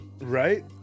Right